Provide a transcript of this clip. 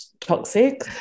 toxic